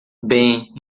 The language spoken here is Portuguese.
bem